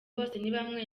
bosenibamwe